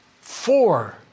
Four